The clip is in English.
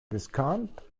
discount